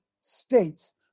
states